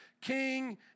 king